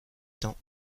temps